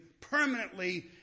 permanently